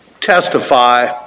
testify